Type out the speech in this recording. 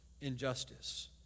injustice